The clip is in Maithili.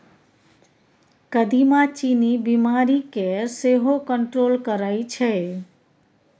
कदीमा चीन्नी बीमारी केँ सेहो कंट्रोल करय छै